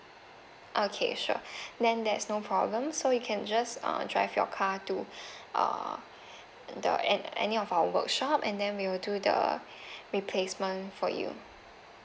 okay sure then there's no problem so you can just err drive your car to uh the an~ any of our workshop and then we will do the replacement for you